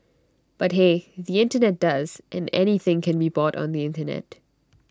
but hey the Internet does and anything can be bought on the Internet